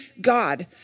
God